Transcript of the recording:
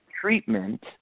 treatment